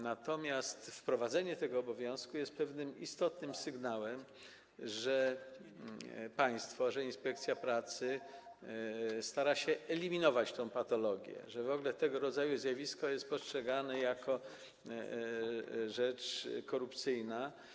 Natomiast wprowadzenie tego obowiązku jest pewnym istotnym sygnałem, że państwo, inspekcja pracy stara się eliminować tę patologię, że tego rodzaju zjawisko w ogóle jest postrzegane jako rzecz korupcyjna.